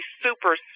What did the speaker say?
super